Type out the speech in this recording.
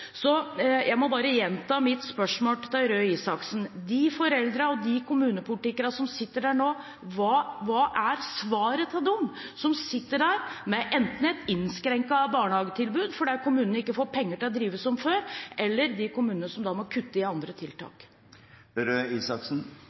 Så jeg må bare gjenta mitt spørsmål til Røe Isaksen. Med tanke på de foreldrene og de kommunepolitikerne som sitter der nå, hva er svaret – enten til dem som sitter der med et innskrenket barnehagetilbud fordi kommunene ikke får penger til å drive som før, eller til de kommunene som må kutte i andre